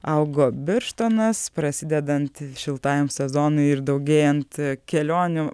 augo birštonas prasidedant šiltajam sezonui ir daugėjant kelionių